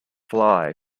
fly